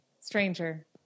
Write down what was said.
Stranger